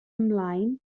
ymlaen